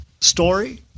story